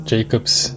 Jacob's